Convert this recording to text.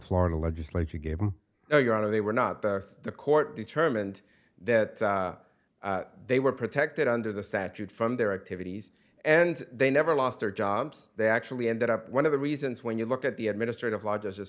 florida legislature gave them your honor they were not the court determined that they were protected under the statute from their activities and they never lost their jobs they actually ended up one of the reasons when you look at the administrative law ju